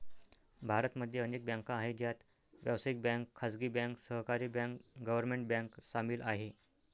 भारत मध्ये अनेक बँका आहे, ज्यात व्यावसायिक बँक, खाजगी बँक, सहकारी बँक, गव्हर्मेंट बँक सामील आहे